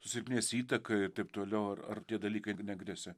susilpnės įtaką ir taip toliau ar ar tie dalykai negresia